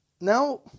now